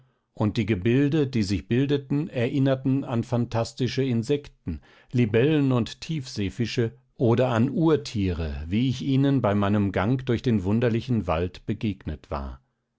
und die gebilde die sich bildeten erinnerten an phantastische insekten libellen und tiefseefische oder an urtiere wie ich ihnen bei meinem gang durch den wunderlichen wald begegnet war